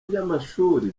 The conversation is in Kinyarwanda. by’amashuri